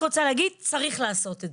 צריך לעשות את זה.